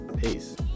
Peace